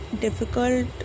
difficult